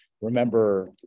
remember